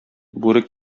бүре